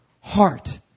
heart